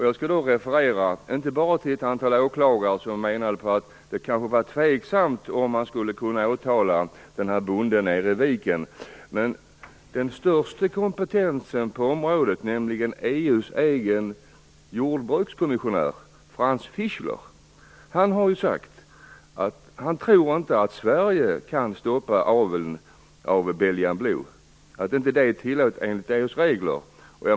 Jag skall inte bara referera till ett antal åklagare som menar att det kanske är tveksamt om man kan åtala den här bonden. Den störste kompetensen på området, nämligen EU:s egen jordbrukskommissionär Franz Fischler, har ju sagt att han inte tror att Sverige kan stoppa aveln av belgian blue. Det är inte tillåtet enligt EU:s regler.